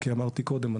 כי אמרתי קודם,